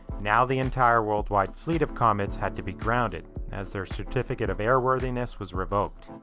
now the entire worldwide fleet of comets had to be grounded as their certificate of airworthiness was revoked,